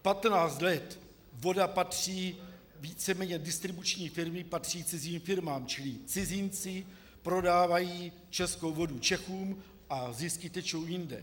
Patnáct let voda patří, víceméně distribuční firmy patří cizím firmám, čili cizinci prodávají českou vodu Čechům a zisky tečou jinde.